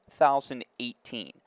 2018